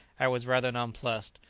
i was rather nonplussed.